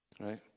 Right